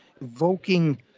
Evoking